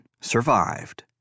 survived